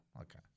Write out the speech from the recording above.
Okay